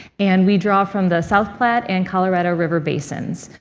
and we draw from the south plat and colorado river basins.